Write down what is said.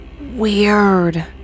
Weird